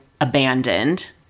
abandoned